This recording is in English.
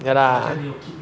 ya lah